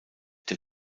der